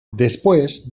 después